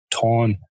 time